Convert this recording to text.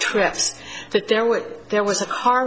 trips that there were there was a har